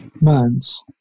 months